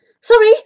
Sorry